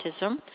autism